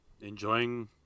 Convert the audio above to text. enjoying